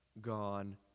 gone